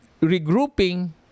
regrouping